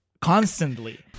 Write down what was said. constantly